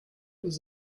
was